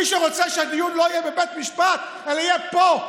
מי שרוצה שהדיון לא יהיה בבית משפט אלא יהיה פה,